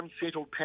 unsettled